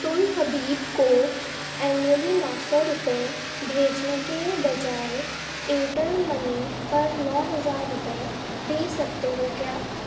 تم حبیب کو اینولی نو سو روپئے بھیجنے کے بجائے ایئرٹیل منی پر نو ہزار روپئے بھیج سکتے ہو کیا